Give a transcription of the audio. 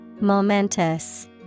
Momentous